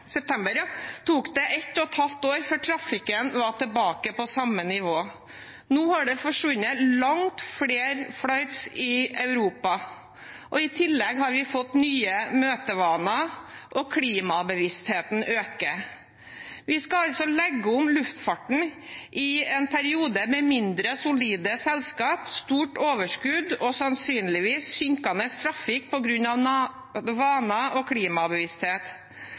tok det ett og et halvt år før trafikken var tilbake på tidligere nivå. Nå har det forsvunnet langt flere flights i Europa. I tillegg har vi fått nye møtevaner, og klimabevisstheten øker. Vi skal altså legge om luftfarten i en periode med mindre solide selskaper, stort overskudd og sannsynligvis synkende trafikk på grunn av vaner og klimabevissthet.